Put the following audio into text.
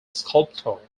sculptor